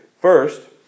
First